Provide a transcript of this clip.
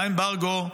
היה אמברגו,